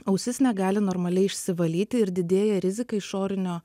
ausis negali normaliai išsivalyti ir didėja rizika išorinio